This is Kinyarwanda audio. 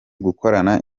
gukorana